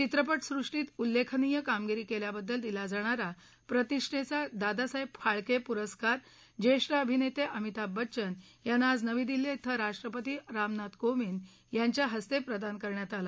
चित्रपट सृष्टीत उल्लेखनीय कामगिरी केल्याबद्दल दिला जाणारा प्रतिष्ठेचा दादासाहेब फाळके पुरस्कार ज्येष्ठ अभिनेते अमिताभ बच्चन यांना आज नवी दिल्ली क्रिं राष्ट्रपती रामनाथ कोविंद यांच्या हस्ते प्रदान करण्यात आला